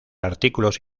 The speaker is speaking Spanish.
artículos